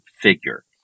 figure